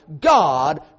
God